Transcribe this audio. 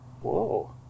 Whoa